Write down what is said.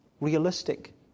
realistic